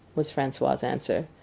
was francois's answer.